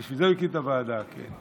בשביל זה הוא הקים את הוועדה, כן.